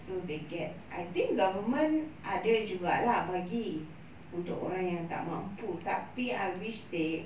so they get I think government ada juga lah bagi untuk orang yang tak mampu tapi I wish they